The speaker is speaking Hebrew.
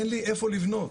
אין לי איפה לבנות.